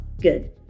good